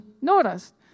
noticed